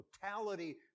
totality